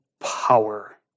power